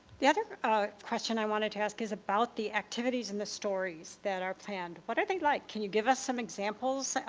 the other question i wanted to ask is about the activities and stories that are planned. what are they like? can you give us some examples?